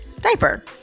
diaper